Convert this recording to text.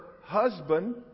husband